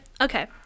Okay